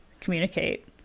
communicate